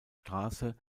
straße